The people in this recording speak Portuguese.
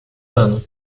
ano